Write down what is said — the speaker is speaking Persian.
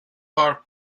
پارک